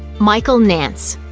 michael nance